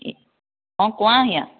ই অঁ কোৱা হিয়া